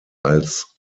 als